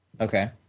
Okay